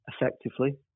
effectively